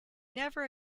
never